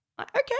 Okay